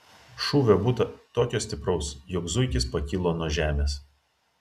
šūvio būta tokio stipraus jog zuikis pakilo nuo žemės